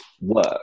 work